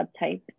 subtype